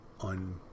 on